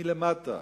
מלמטה,